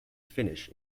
finnish